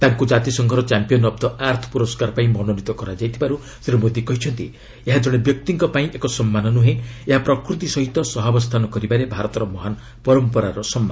ତାଙ୍କୁ ଜାତିସଂଘର 'champion of the earth' ପୁରସ୍କାର ପାଇଁ ମନୋନିତ କରାଯାଇଥିବାରୁ ଶ୍ରୀ ମୋଦି କହିଛନ୍ତି ଏହା ଜଣେ ବ୍ୟକ୍ତିଙ୍କ ପାଇଁ ଏକ ସମ୍ମାନ ନୁହେଁ ଏହା ପ୍ରକୃତି ସହିତ ସହାବସ୍ଥାନ କରିବାରେ ଭାରତର ମହାନ ପରାମ୍ପରାର ସମ୍ମାନ